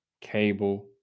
cable